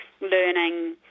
learning